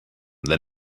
that